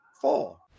four